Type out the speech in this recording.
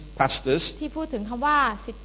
pastors